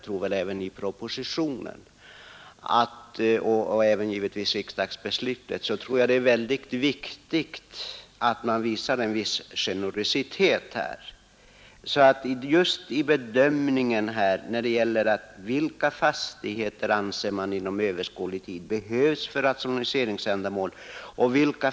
För att man på den här punkten skall kunna fullfölja utredningens, propositionens och även riksdagsbeslutets intentioner tror jag att det är viktigt att man i tolkningen visar generositet.